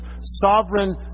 sovereign